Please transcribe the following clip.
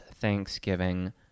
Thanksgiving